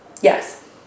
Yes